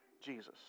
Jesus